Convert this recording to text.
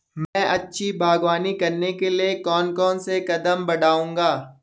मैं अच्छी बागवानी करने के लिए कौन कौन से कदम बढ़ाऊंगा?